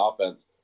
offense